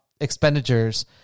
expenditures